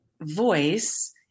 voice